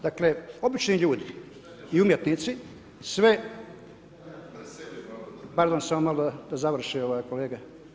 Dakle, obični ljudi i umjetnici sve, pardon, samo malo da završi ovaj kolega.